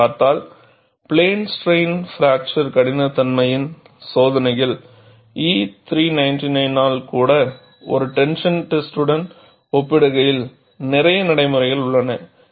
நீங்கள் பார்த்தால் plane strain fracture கடினத்தன்மையின் சோதனைகள் E 399 ஆல் கூட ஒரு டென்ஷன் டெஸ்ட்டுன் ஒப்பிடுகையில் நிறைய நடைமுறைகள் உள்ளன